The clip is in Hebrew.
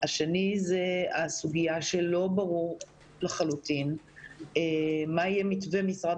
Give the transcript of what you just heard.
השני הוא הסוגיה שלא ברור לחלוטין מה יהיה מתווה משרד